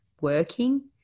working